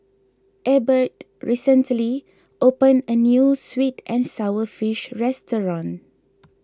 Ebert recently opened a New Sweet and Sour Fish restaurant